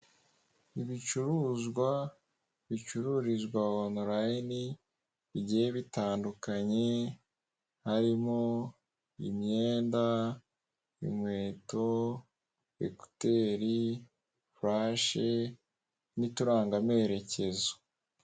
Ibicuruzwa bicururizwa onolayini bigiye bitandukanye harimo; imyenda, inkweto, ekuteri, fulashe n'uturanga amerekezo.